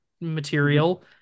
material